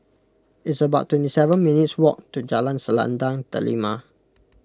it's about twenty seven minutes' walk to Jalan Selendang Delima